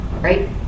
Right